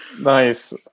Nice